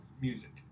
music